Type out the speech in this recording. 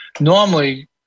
Normally